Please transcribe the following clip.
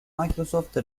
microsoft